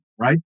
right